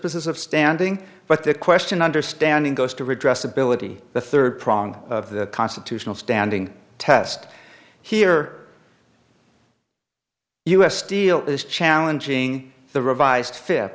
business of standing but the question understanding goes to redress ability the third prong of the constitutional standing test here us deal is challenging the revised f